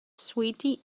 sweaty